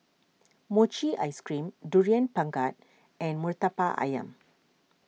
Mochi Ice Cream Durian Pengat and Murtabak Ayam